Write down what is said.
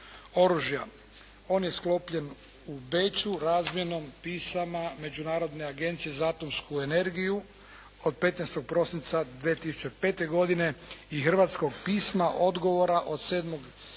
On je sklopljen u Beču razmjenom pisama Međunarodne agencije za atomsku energiju od 15. prosinca 2005. godine i hrvatskog pisma, odgovora od 7. siječnja